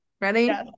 Ready